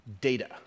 data